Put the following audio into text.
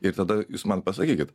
ir tada jūs man pasakykit